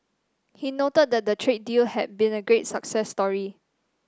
he noted that the trade deal has been a great success story